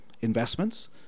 investments